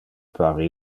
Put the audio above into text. pare